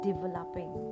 Developing